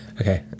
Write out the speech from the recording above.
okay